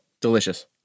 delicious